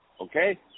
Okay